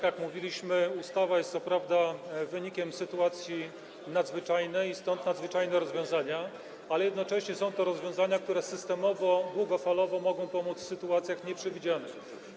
Jak mówiliśmy, ustawa jest wynikiem sytuacji nadzwyczajnej i stąd nadzwyczajne rozwiązania, ale jednocześnie są to rozwiązania, które systemowo, długofalowo mogą pomóc w sytuacjach nieprzewidzianych.